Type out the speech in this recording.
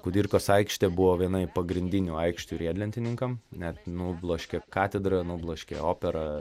kudirkos aikštė buvo viena pagrindinių aikščių riedlentininkam net nubloškė katedrą nubloškė operą